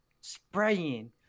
spraying